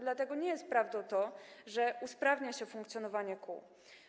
Dlatego nie jest prawdą to, że usprawnia się funkcjonowanie kół.